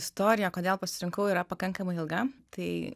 istorija kodėl pasirinkau yra pakankamai ilga tai